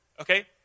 okay